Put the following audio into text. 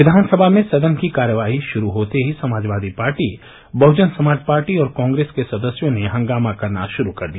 विधानसभा में सदन की कार्यवाही शुरू होते ही समाजवादी पार्टी बहुजन समाज पार्टी और कॉग्रेस के सदस्यों ने हंगामा करना शुरू कर दिया